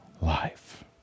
life